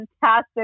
fantastic